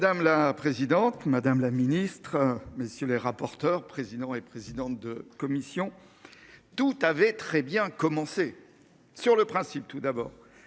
Madame la présidente, madame la ministre, messieurs les rapporteurs président et président de commission. Tout avait très bien commencé sur le principe tout d'abord